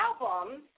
albums